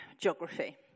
geography